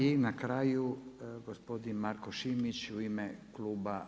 I na kraju, gospodin Marko Šimić, u ime Kluba